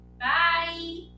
Bye